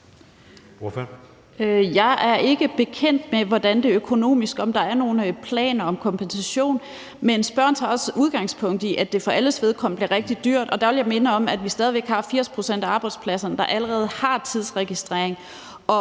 Jeg er ikke bekendt med, hvordan det er økonomisk, altså om der er nogen planer om kompensation. Men spørgeren tager også udgangspunkt i, at det for alles vedkommende bliver rigtig dyrt, og der vil jeg minde om, at vi stadig væk allerede har tidsregistrering